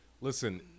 Listen